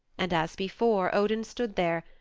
and as before odin stood there,